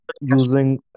using